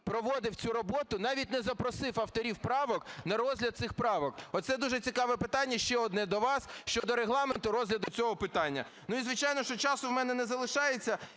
проводив цю роботу, навіть не запросив авторів правок на розгляд цих правок. Оце дуже цікаве питання ще одне до вас: щодо регламенту розгляду цього питання. І звичайно, що часу у мене не залишається.